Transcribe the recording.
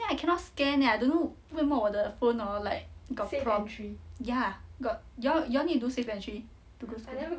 then I cannot scan eh I don't know 为什么我的 phone hor like got from ya got your your need to do safe entry to go school